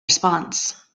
response